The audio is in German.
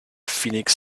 phoenix